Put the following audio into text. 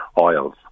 oils